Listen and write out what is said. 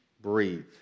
Breathe